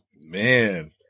Man